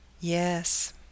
Yes